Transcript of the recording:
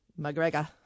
McGregor